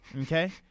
okay